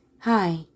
Hi